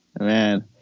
man